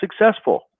successful